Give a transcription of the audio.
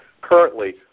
currently